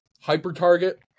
hyper-target